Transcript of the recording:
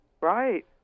Right